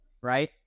right